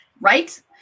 Right